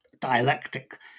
dialectic